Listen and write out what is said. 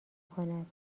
کند